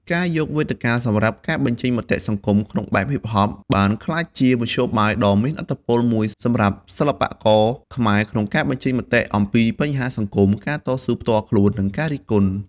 ការយកវេទិកាសម្រាប់ការបញ្ចេញមតិសង្គមក្នុងបែបហ៊ីបហប បានក្លាយជាមធ្យោបាយដ៏មានឥទ្ធិពលមួយសម្រាប់សិល្បករខ្មែរក្នុងការបញ្ចេញមតិអំពីបញ្ហាសង្គម ការតស៊ូផ្ទាល់ខ្លួន និងការរិះគន់។